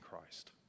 Christ